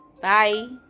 Bye